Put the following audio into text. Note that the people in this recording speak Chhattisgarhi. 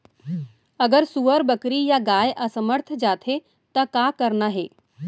अगर सुअर, बकरी या गाय असमर्थ जाथे ता का करना हे?